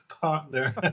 partner